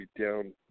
down